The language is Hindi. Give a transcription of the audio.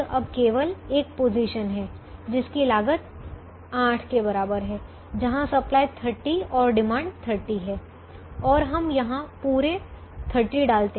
अब केवल एक पोजीशन है जिसकी लागत 8 के बराबर है जहां सप्लाई 30 है और डिमांड 30 है और हम यहां पुरे 30 डालते हैं